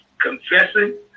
confessing